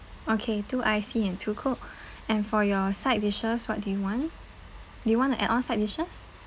okay two ice tea and two coke and for your side dishes what do you want do you want to add on side dishes